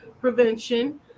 prevention